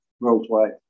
worldwide